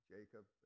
Jacob